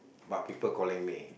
but people calling me